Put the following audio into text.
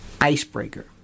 icebreaker